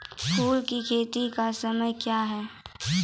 फुल की खेती का समय क्या हैं?